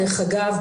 דרך אגב,